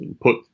put